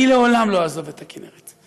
אני לעולם לא אעזוב את הכינרת.